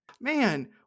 man